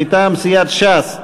מטעם סיעת ש"ס.